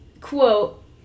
quote